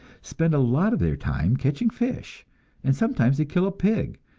spend a lot of their time catching fish and sometimes they kill a pig,